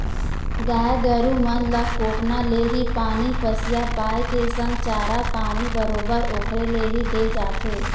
गाय गरु मन ल कोटना ले ही पानी पसिया पायए के संग चारा पानी बरोबर ओखरे ले ही देय जाथे